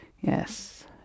Yes